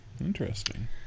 Interesting